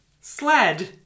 Sled